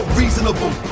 reasonable